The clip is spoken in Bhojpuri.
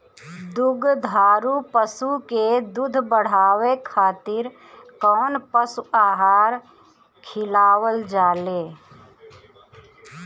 दुग्धारू पशु के दुध बढ़ावे खातिर कौन पशु आहार खिलावल जाले?